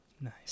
Nice